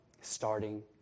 starting